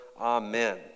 Amen